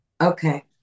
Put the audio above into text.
Okay